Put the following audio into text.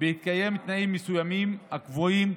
בהתקיים תנאים מסוימים הקבועים